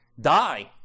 die